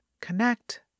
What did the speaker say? connect